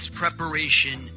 preparation